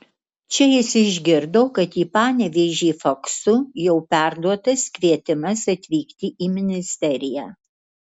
čia jis išgirdo kad į panevėžį faksu jau perduotas kvietimas atvykti į ministeriją